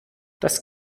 das